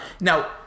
Now